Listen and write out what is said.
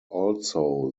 also